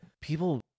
people